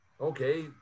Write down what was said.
okay